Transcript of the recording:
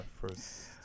first